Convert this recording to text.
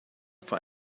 for